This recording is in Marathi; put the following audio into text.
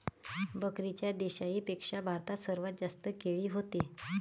बाकीच्या देशाइंपेक्षा भारतात सर्वात जास्त केळी व्हते